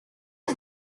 was